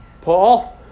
Paul